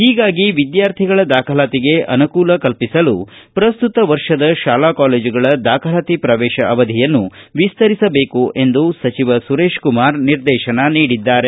ಹೀಗಾಗಿ ವಿದ್ಯಾರ್ಥಿಗಳ ದಾಖಲಾತಿಗೆ ಅನುಕೂಲ ಕಲ್ಪಿಸಲು ಪ್ರಸ್ತುತ ವರ್ಷದ ಶಾಲಾಕಾಲೇಜುಗಳ ದಾಖಲಾತಿ ಪ್ರವೇಶ ಅವಧಿಯನ್ನು ವಿಸ್ತರಿಸಬೇಕು ಎಂದು ಸುರೇಶ್ಕುಮಾರ್ ನಿರ್ದೇತನ ನೀಡಿದ್ದಾರೆ